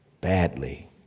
badly